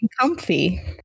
comfy